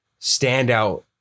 standout